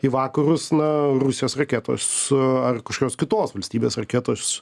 į vakarus na rusijos raketos ar kažkokios kitos valstybės raketos